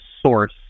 source